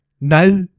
Now